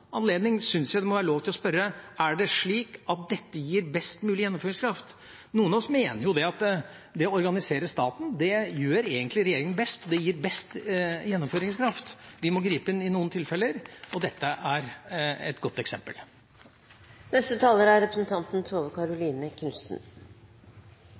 det slik at dette gir best mulig gjennomføringskraft? Noen av oss mener at det å organisere staten gjør egentlig regjeringen best, det gir best gjennomføringskraft. Vi må gripe inn i noen tilfeller, og dette er et godt eksempel. Jeg er først og fremst veldig blid i dag, så jeg klarer ikke å sanke så mye sinne, men jeg har lyst til å kommentere litt representanten